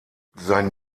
sein